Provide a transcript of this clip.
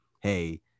hey